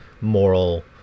moral